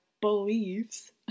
beliefs